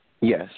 Yes